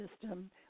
system